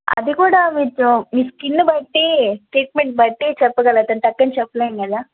అది కూడా విత్ మీ స్కిన్ బట్టి ట్రీట్మెంట్ బట్టి చెప్పగలుగుతాము టక్కని చెప్పలేము కదా